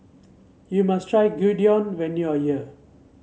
you must try Gyudon when you are here